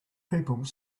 people